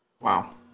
Wow